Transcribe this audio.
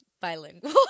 bilingual